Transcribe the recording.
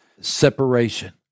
separation